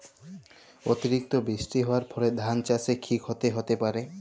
অতিরিক্ত বৃষ্টি হওয়ার ফলে ধান চাষে কি ক্ষতি হতে পারে?